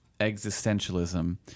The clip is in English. existentialism